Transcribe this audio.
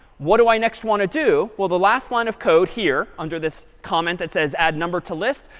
what do i next want to do? well, the last line of code here under this comment that says add number to list,